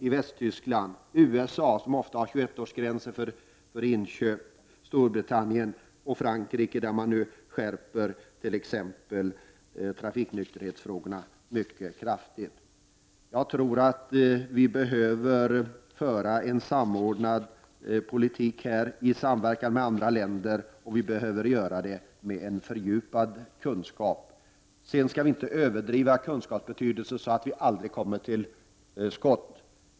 I Västtyskland, i USA som i stor utsträckning har 21-årsgräns för inköp, i Storbritannien och i Frankrike skärper man trafiknykterhetsreglerna mycket kraftigt. Jag tror att vi behöver föra en samlad politik i samverkan med andra länder. Vi behöver göra det med en fördjupad kunskap. Men vi skall inte överdriva kunskapens betydelse så att vi aldrig kommer till skott.